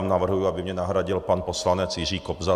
Navrhuji, aby mě nahradil pan poslanec Jiří Kobza.